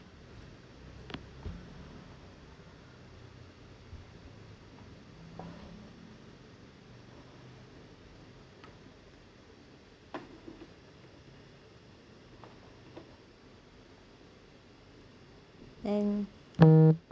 and